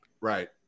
Right